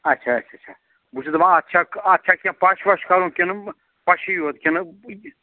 اَچھا اَچھا اَچھا بہٕ چھُس دپان اَتھ چھا اَتھ چھا کیٚنٛہہ پَش وَش کَرُن کِنہٕ پَشٕے یوٚت کِنہٕ